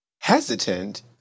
Hesitant